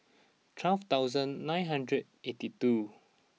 twelve thousand nine hundred eighty two